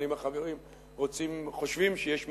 אבל אם החברים חושבים שיש מקום,